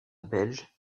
belge